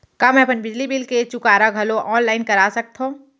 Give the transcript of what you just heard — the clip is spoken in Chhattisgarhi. का मैं अपन बिजली बिल के चुकारा घलो ऑनलाइन करा सकथव?